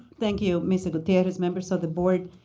thank you, mr. gutierrez, members of the board.